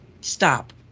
stop